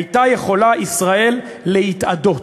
הייתה יכולה ישראל להתאדות,